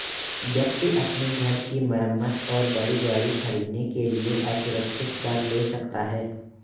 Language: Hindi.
व्यक्ति अपने घर की मरम्मत और बड़ी गाड़ी खरीदने के लिए असुरक्षित कर्ज ले सकता है